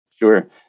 Sure